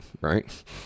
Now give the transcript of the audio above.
right